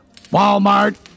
Walmart